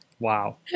Wow